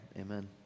Amen